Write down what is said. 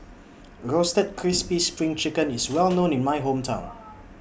Roasted Crispy SPRING Chicken IS Well known in My Hometown